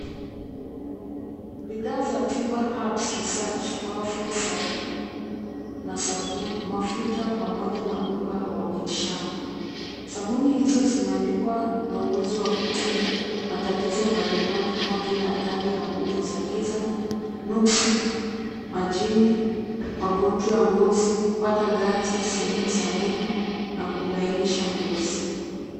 Bidhaa za Tiba Herbs Research Powerful Soap na sabuni, mafuta pamoja na unga wa miti shamba. Sabuni hizo zimeandikwa na uwezo wa kutibu matatizo mbalimbali kama vile athari ya nguvu za giza, nuksi, majini, magonjwa ya ngozi, kupata ganzi sehemu za mwili na kulainisha ngozi.